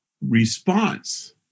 response